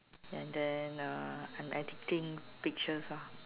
and then uh I'm editing pictures ah